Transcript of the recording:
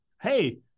Hey